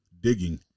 digging